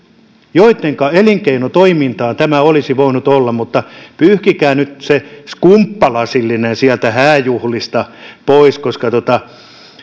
joittenka elinkeinotoimintaa tämä olisi voinut olla mutta pyyhkikää nyt se skumppalasillinen sieltä hääjuhlista pois koska